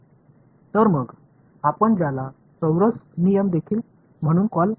तर मग आपण ज्याला चौरस नियम देखील म्हणून कॉल कराल